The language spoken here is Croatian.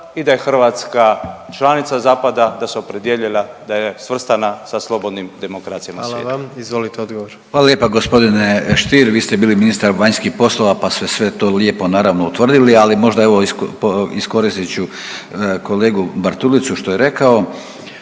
i da je Hrvatska članica zapada i da se opredijelila, da je svrstana sa slobodnim demokracijama svijeta. **Jandroković, Gordan (HDZ)** Hvala vam. Izvolite odgovor. **Grlić Radman, Gordan (HDZ)** Hvala lijepa g. Stier. Vi ste bili ministar vanjskih poslova, pa ste sve to lijepo naravno utvrdili, ali možda evo iskoristit ću kolegu Bartulicu što je rekao.